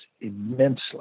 immensely